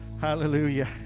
hallelujah